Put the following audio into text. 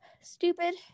stupid